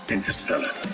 Interstellar